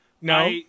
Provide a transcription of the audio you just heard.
No